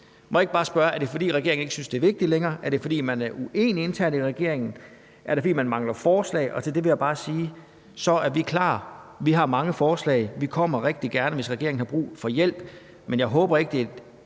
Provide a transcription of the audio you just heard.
jeg ikke bare spørge: Er det, fordi regeringen ikke længere synes, det er vigtigt? Er det, fordi man internt i regeringen er uenige? Er det, fordi man mangler forslag? Og til det vil jeg bare sige, at vi så er klar. Vi har mange forslag, og vi kommer rigtig gerne, hvis regeringen har brug for hjælp, men jeg håber ikke, det er et